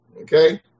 okay